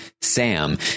Sam